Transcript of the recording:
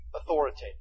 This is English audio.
authoritative